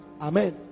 Amen